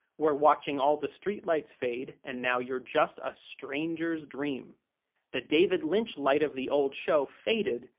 we're watching all the street lights fade and now you're just a stranger's dream the david lynch light of the old show faded,